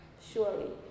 Surely